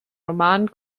roman